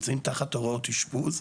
מתמודדי הנפש שנמצאים תחת הוראות אשפוז.